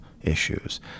issues